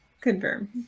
confirm